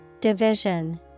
Division